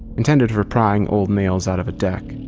intended for prying old nails out of a deck.